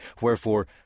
Wherefore